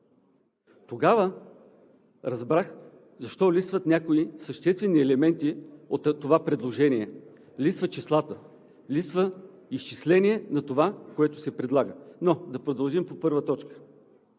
Тогава разбрах защо липсват някои съществени елементи от това предложение. Липсват числата, липсва изчисление на това, което се предлага, но да продължим по първа точка.